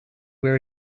where